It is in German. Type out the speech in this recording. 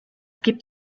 gibt